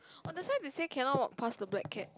orh that's why they say cannot walk past the black cat